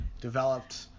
developed